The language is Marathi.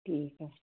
ठीक आहे